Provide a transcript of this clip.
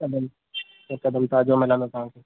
सभई हिकदमि ताज़ो मिलंदो तव्हांखे